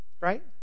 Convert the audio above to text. Right